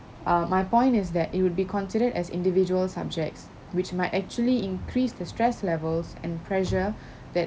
uh my point is that it would be considered as individual subjects which might actually increase the stress levels and pressure that